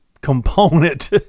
component